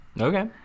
Okay